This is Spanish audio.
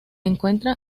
encuentra